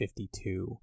52